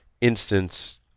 instance